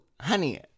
Honey